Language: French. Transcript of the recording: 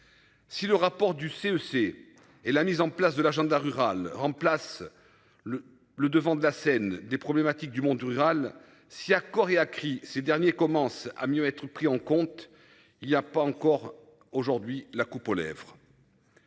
Si le rapport du CEC et la mise en place de l'agenda rural remplace le le devant de la scène des problématiques du monde rural. Si à cor et à cri ces derniers commencent à mieux être pris en compte. Il y a pas encore aujourd'hui la coupe aux lèvres.